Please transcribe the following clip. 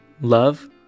love